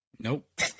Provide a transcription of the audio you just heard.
Nope